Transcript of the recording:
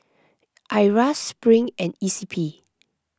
Iras Spring and E C P